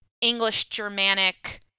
English-Germanic